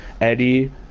Eddie